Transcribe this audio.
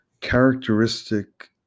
characteristic